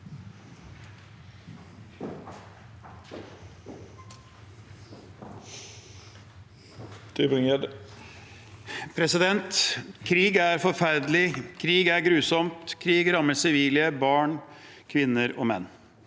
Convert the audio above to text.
Krig er forferdelig. Krig er grusomt. Krig rammer sivile – barn, kvinner og menn.